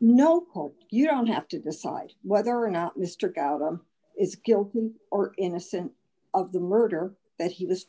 no hope you don't have to decide whether or not mr gao them is guilty or innocent of the murder that he was